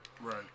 Right